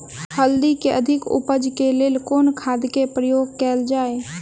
हल्दी केँ अधिक उपज केँ लेल केँ खाद केँ प्रयोग कैल जाय?